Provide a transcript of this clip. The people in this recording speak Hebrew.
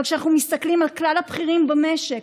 אבל כשאנחנו מסתכלים על כלל הבכירים במשק,